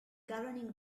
governing